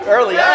Early